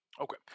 Okay